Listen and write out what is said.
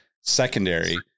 secondary